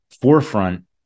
forefront